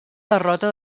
derrota